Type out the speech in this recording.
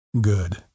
good